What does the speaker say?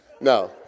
No